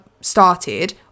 started